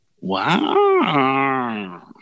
Wow